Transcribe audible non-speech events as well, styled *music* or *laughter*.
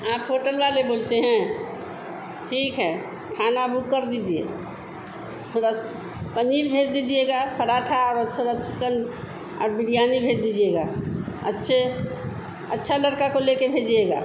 आप होटल वाले बोलते हैं ठीक है खाना बुक कर दीजिए थोड़ा सा पनीर भेज दीजिएगा पराठा *unintelligible* थोड़ा चिकन और बिरयानी भेज दीजिएगा अच्छे अच्छा लड़के को भेजिएगा